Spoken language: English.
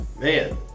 man